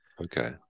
Okay